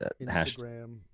instagram